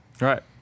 Right